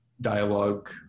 dialogue